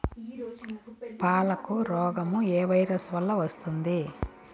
పాలకు రోగం ఏ వైరస్ వల్ల వస్తుంది?